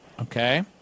Okay